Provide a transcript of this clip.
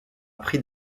pris